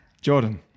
Jordan